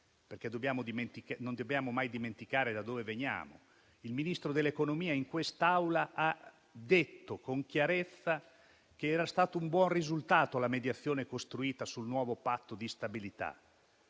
Infatti non dobbiamo mai dimenticare da dove veniamo: il Ministro dell'economia in quest'Aula ha detto con chiarezza che la mediazione costruita sul nuovo Patto di stabilità